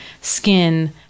skin